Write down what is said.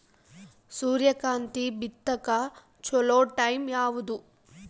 ಸೂರ್ಯಕಾಂತಿ ಬಿತ್ತಕ ಚೋಲೊ ಟೈಂ ಯಾವುದು?